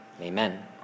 Amen